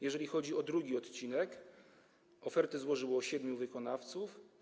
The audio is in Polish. Jeżeli chodzi o drugi odcinek, oferty złożyło siedmiu wykonawców.